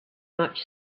much